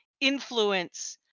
influence